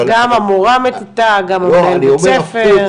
גם המורה בכיתה, גם המנהל בית ספר.